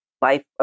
Life